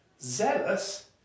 Zealous